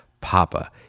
papa